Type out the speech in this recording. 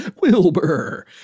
Wilbur